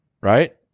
right